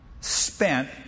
spent